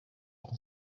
war